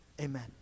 Amen